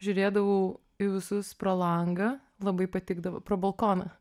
žiūrėdavau į visus pro langą labai patikdavo pro balkoną